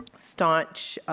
staunch